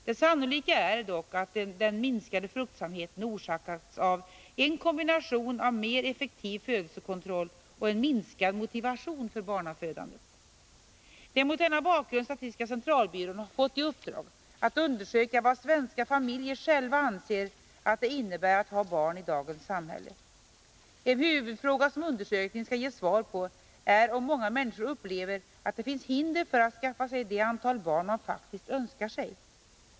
Det sannolika är dock att den minskade fruktsamheten orsakats av en kombination av mer effektiv födelsekontroll och minskad motivation för barnafödande. Det är mot denna bakgrund statistiska centralbyrån fått i uppdrag att undersöka vad svenska familjer själva anser att det innebär att ha barn i dagens samhälle. En huvudfråga som undersökningen skall ge svar på är om många människor upplever att det finns hinder för att skaffa sig det antal barn man faktiskt önskar sig.